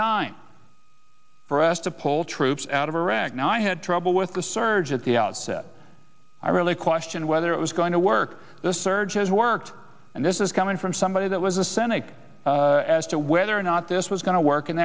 time for us to pull troops out of iraq now i had trouble with the surge at the outset i really question whether it was going to work the surge has worked and this is coming from somebody that was a cynic as to whether or not this was going to work in